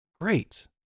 Great